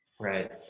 Right